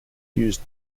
used